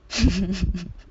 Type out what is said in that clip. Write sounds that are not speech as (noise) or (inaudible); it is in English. (laughs)